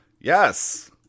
Yes